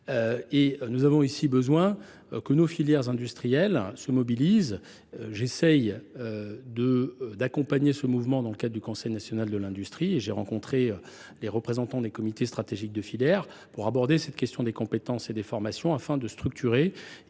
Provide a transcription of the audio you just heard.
nous avons besoin que nos filières industrielles se mobilisent. J’essaie d’accompagner et de structurer le mouvement dans le cadre du Conseil national de l’industrie. J’ai rencontré les représentants des comités stratégiques de filière pour aborder la question des compétences et des formations. Mon action